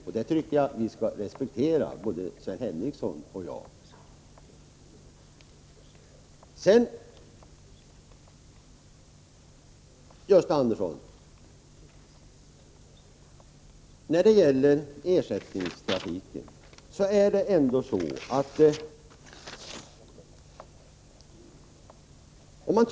Jag tycker att både Sven Henricsson och jag skall respektera det. När det gäller ersättningstrafiken vill jag säga följande till Gösta Andersson.